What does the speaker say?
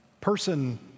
person